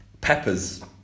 Peppers